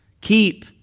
keep